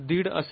५ असेल